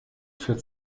für